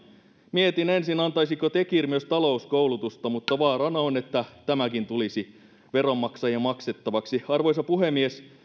mietin ensin antaisiko tekir myös talouskoulutusta mutta vaarana on että tämäkin tulisi veronmaksajien maksettavaksi arvoisa puhemies